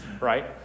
right